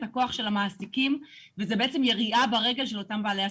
הכוח של המעסיקים וזו בעצם ירייה ברגל של אותם בעלי עסקים.